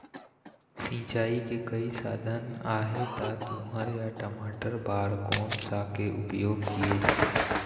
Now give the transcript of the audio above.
सिचाई के कई साधन आहे ता तुंहर या टमाटर बार कोन सा के उपयोग किए जाए?